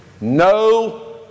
No